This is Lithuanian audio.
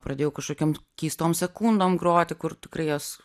pradėjau kažkokiom keistom sekundom groti kur tikrai jos